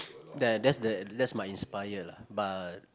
that that's the that's mine inspire lah but